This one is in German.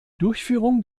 durchführung